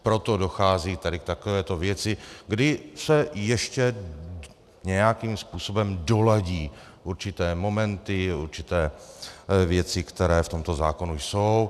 Proto dochází k takovéto věci, kdy se ještě nějakým způsobem doladí určité momenty, určité věci, které v tomto zákonu jsou.